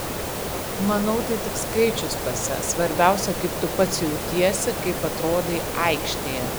manau tai tik skaičius pase svarbiausia kaip tu pats jautiesi kaip atrodai aikštėje